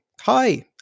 Hi